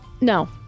No